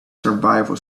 survival